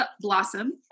Blossom